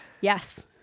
yes